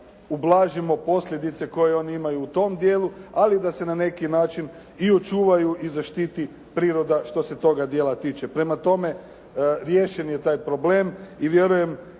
ublažimo posljedice koje oni imaju u tom dijelu, ali da se na neki način i očuvaju i zaštiti priroda što se toga dijela tiče. Prema tome, riješen je taj problem i vjerujem